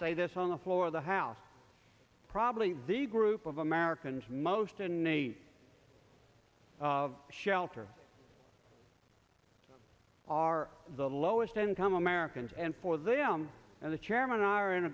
say this on the floor of the house probably the group of americans most in need of shelter are the lowest income americans and for them and the chairman are in